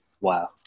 Wow